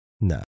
No